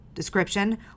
description